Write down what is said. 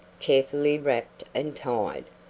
carefully wrapped and tied,